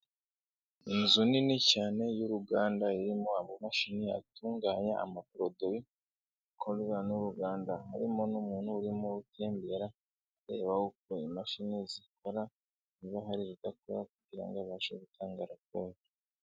Inzu nini cyane y'uruganda irimo amamashini atunganya ama poroduwi akorwa n'uruganda, harimo n'umuntu urimo atembera arareba uko imashini zikoraba, nimba hari izidakora kugira ngo abashe gutanga raporo.